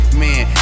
man